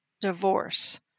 divorce